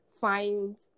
find